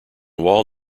wall